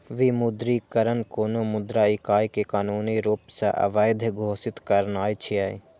विमुद्रीकरण कोनो मुद्रा इकाइ कें कानूनी रूप सं अवैध घोषित करनाय छियै